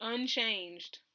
Unchanged